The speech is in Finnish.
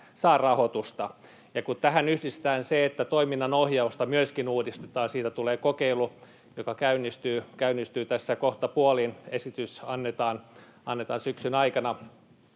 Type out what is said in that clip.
saa rahoitusta. Ja kun tähän yhdistetään se, että myöskin toiminnan ohjausta uudistetaan — siitä tulee kokeilu, joka käynnistyy tässä kohtapuolin, esitys annetaan syksyn aikana